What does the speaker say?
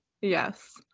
Yes